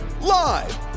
live